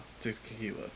Tequila